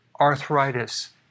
arthritis